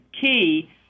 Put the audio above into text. key